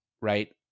right